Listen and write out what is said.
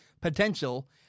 potential